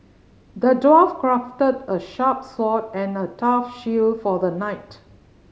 the dwarf crafted a sharp sword and a tough shield for the knight